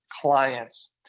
clients